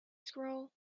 scroll